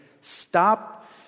Stop